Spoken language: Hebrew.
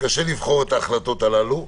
וקשה לבחור את ההחלטות הללו.